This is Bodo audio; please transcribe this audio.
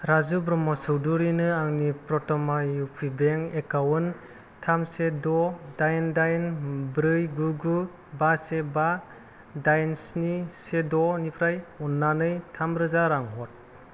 राजु ब्रह्म चौधुरिनो आंनि प्रथमा इउपि बेंक एकाउन्ट थाम से द दाइन दाइन ब्रै गु गु बा से बा दाइन स्नि से द' निफ्राय अन्नानै थामरोजा रां हर